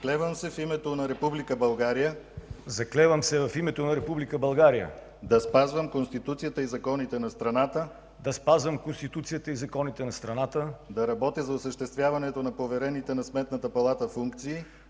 „Заклевам се в името на Република България да спазвам Конституцията и законите на страната, да работя за осъществяването на поверените на Сметната палата функции